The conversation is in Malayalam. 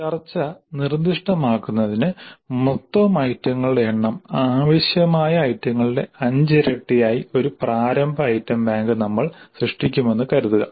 ചർച്ച നിർദ്ദിഷ്ടമാക്കുന്നതിന് മൊത്തം ഐറ്റങ്ങളുടെ എണ്ണം ആവശ്യമായ ഐറ്റങ്ങളുടെ അഞ്ചിരട്ടിയായ ഒരു പ്രാരംഭ ഐറ്റം ബാങ്ക് നമ്മൾ സൃഷ്ടിക്കുമെന്ന് കരുതുക